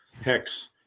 hex